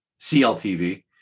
CLTV